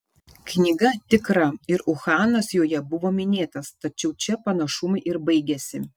knyga tikra ir uhanas joje buvo minėtas tačiau čia panašumai ir baigiasi